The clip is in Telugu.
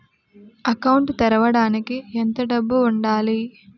అకౌంట్ తెరవడానికి ఎంత డబ్బు ఉండాలి?